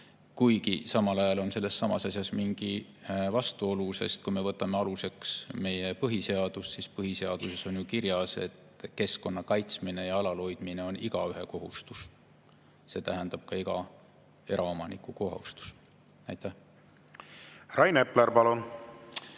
Kuid samal ajal on selles asjas mingi vastuolu, sest kui me võtame aluseks meie põhiseaduse, siis seal on kirjas, et keskkonna kaitsmine ja alalhoidmine on igaühe kohustus. See tähendab, et ka iga eraomaniku kohustus. Rain Epler, palun!